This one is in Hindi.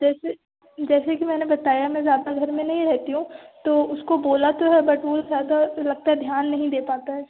जैसे जैसे कि मैंने बताया मैं ज़्यादा घर मे नहीं रहती हूँ तो उसको बोला तो है बट वो ज़्यादा लगता है ध्यान नहीं दे पाता है